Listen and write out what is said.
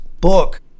book